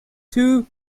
two